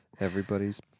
Everybody's